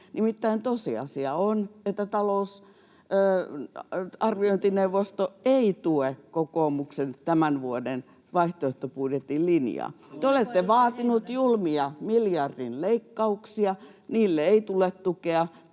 Nimittäin tosiasia on, että talousarviointineuvosto ei tue kokoomuksen tämän vuoden vaihtoehtobudjetin linjaa. Te olette vaatineet julmia miljardin leikkauksia. Niille ei tule tukea.